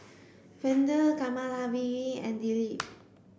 Vedre Kamaladevi and Dilip